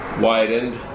widened